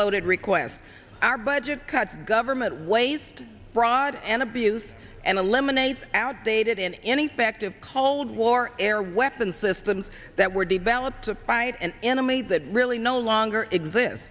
bloated request our budget cut government waste fraud and abuse and eliminate outdated in an effective cold war air weapon systems that were developed to fight an enemy that really no longer exists